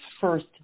first